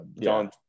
John